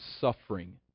suffering